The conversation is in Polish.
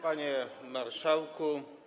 Panie Marszałku!